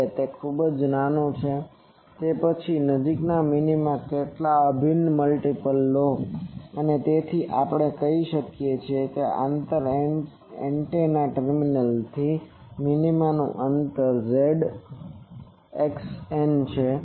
હવે જો તે ખૂબ નાનું છે તો પછી તમે નજીકના મિનિમાના કેટલાક અભિન્ન મલ્ટીપલ લો અને તેથી આપણે કહી શકીએ કે તે અંતર એન્ટેના ટર્મિનલથી મિનિમાનું અંતર xn છે